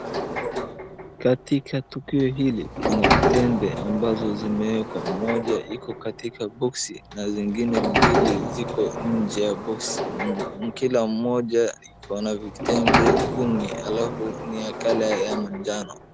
Katika tukio hili kuna vitembe ambazo zimewekwa moja iko katika boksi na zingine mbili ziko nje ya boksi . Kila moja iko na vitembe kumi alafu ni ya colour ya manjano.